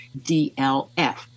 dlf